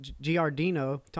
Giardino